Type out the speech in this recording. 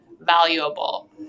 valuable